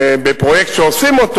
בפרויקט שעושים,